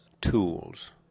tools